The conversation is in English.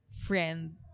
friend